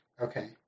Okay